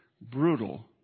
brutal